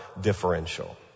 differential